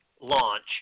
launch